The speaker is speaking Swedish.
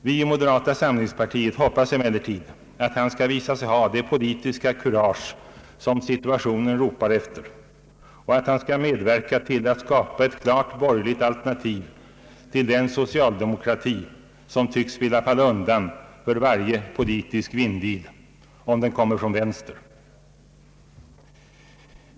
Vi i moderata samlingspartiet hoppas emellertid att han skall visa sig ha det politiska kurage som situationen ropar efter och att han skall medverka till att skapa ett klart borgerligt alternativ till den socialdemokrati, som tycks vilja falla undan för varje politisk vindil — om den kommer från vänster.